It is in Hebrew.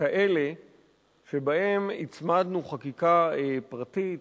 כאלה שבהם הצמדנו חקיקה פרטית